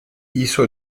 hizo